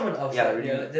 yeah really